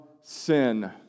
sin